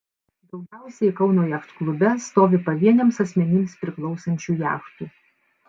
daugiausiai kauno jachtklube stovi pavieniams asmenims priklausančių jachtų